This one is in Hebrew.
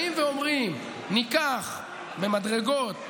באים ואומרים: ניקח במדרגות,